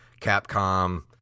Capcom